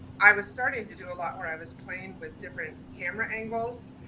i was starting to do a lot where i was playing with different camera angles.